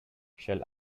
shall